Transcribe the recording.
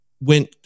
went